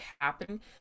happening